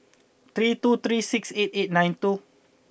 three two three six eight eight nine two